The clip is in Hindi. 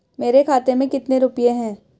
मेरे खाते में कितने रुपये हैं?